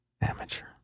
amateur